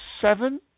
seven